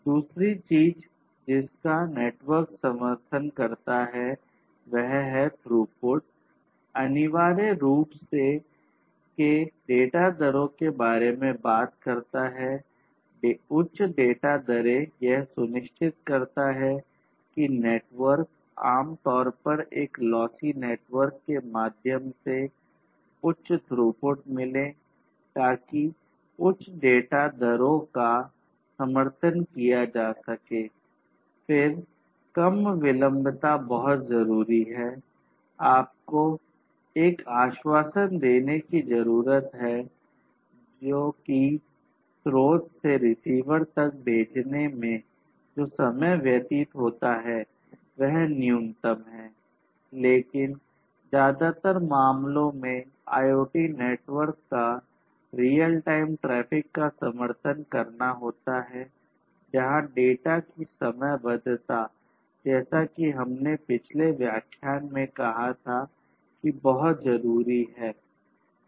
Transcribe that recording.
दूसरी चीज जिसका नेटवर्क समर्थन करता है वह है थ्रूपुट जैसा कि हमने पहले पिछले व्याख्यान में कहा था कि बहूत ज़रूरी है